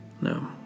No